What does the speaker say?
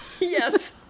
Yes